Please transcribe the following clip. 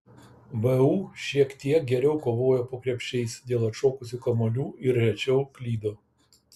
vu šiek tiek geriau kovojo po krepšiais dėl atšokusių kamuolių ir rečiau klydo